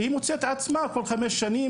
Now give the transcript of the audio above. והיא מוצאת עצמה כל חמש שנים,